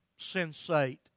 sensate